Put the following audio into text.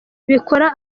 bikora